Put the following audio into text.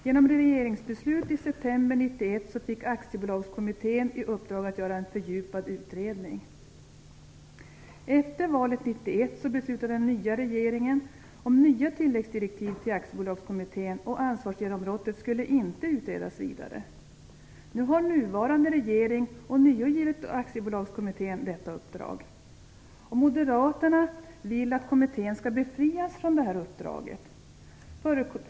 Genom regeringsbeslut i september 1991 fick Aktiebolagskommittén i uppdrag att göra en fördjupad utredning. Efter valet 1991 beslutade den nya regeringen om nya tilläggsdirektiv till Aktiebolagskommittén, och ansvarsgenombrottet skulle inte utredas vidare. Nu har nuvarande regering ånyo givit Aktiebolagskommittén detta uppdrag, och moderaterna vill att kommittén skall befrias från detta uppdrag.